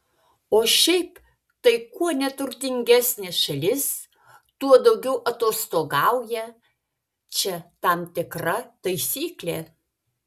o šiaip tai kuo neturtingesnė šalis tuo daugiau atostogauja čia tam tikra taisyklė